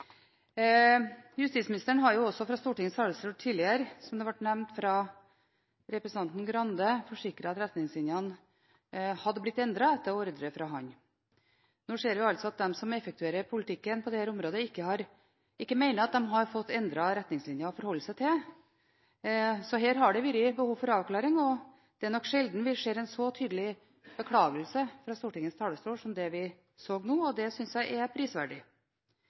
Justisministeren har også tidligere fra Stortingets talerstol – som det ble nevnt av representanten Skei Grande – forsikret om at retningslinjene er blitt endret etter ordre fra ham. Nå ser vi altså at de som effektuerer politikken på dette området, mener at de ikke har fått endrede retningslinjer å forholde seg til, så her har det vært behov for avklaring, og det er nok sjelden vi ser en så tydelig beklagelse fra Stortingets talerstol som den vi så nå, og det synes jeg er prisverdig.